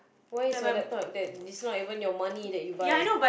why is your laptop that it's not even your money that you buy